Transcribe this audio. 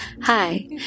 Hi